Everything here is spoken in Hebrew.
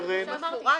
קרן.